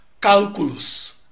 calculus